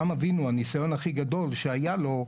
הניסיון הכי גדול שהיה לאברהם אבינו,